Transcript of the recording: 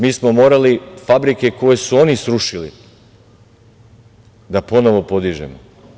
Mi smo morali fabrike koje su oni srušili da ponovo podižemo.